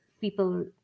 people